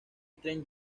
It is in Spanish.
trent